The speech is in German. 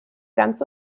ganz